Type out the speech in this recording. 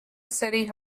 city